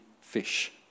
fish